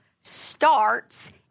starts